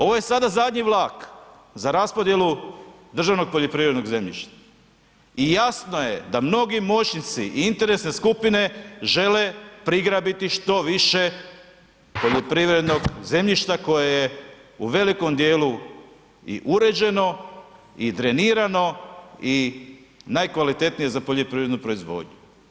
Ovo je sada zadnji vlak za raspodjelu državnog poljoprivrednog zemljišta i jasno je da mnogi moćnici i interesne skupine žele prigrabiti što više poljoprivrednog zemljišta koje je u velikom dijelu i uređeno i drenirano i najkvalitetnije za poljoprivrednu proizvodnju.